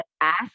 ask